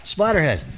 Splatterhead